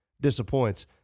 disappoints